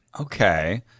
Okay